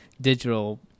digital